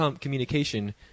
communication